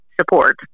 support